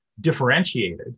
differentiated